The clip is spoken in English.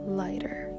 lighter